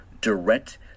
direct